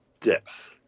depth